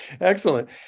Excellent